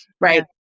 Right